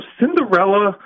Cinderella